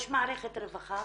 יש מערכת רווחה,